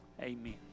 Amen